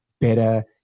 better